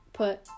Put